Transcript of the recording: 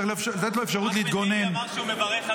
צריך לתת לו אפשרות להתגונן -- אחמד טיבי אמר שהוא מברך על זה.